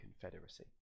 Confederacy